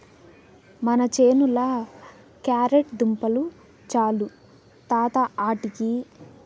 మన చేనుల క్యారెట్ దుంపలు చాలు తాత ఆటికి